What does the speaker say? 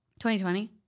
2020